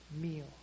meal